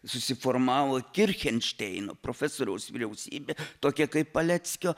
susiformavo kirkenšteino profesoriaus vyriausybė tokia kaip paleckio